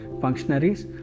functionaries